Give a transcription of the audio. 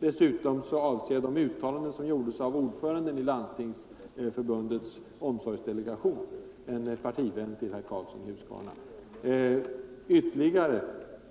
Dessutom avsåg jag de uttalanden som gjorts av ordföranden i Landstingsförbundets omsorgsdelegation, en partivän till herr Karlsson i Huskvarna. Vad